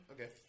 Okay